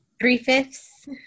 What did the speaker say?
three-fifths